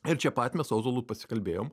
ir čia pat mes su ozolu pasikalbėjom